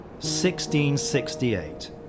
1668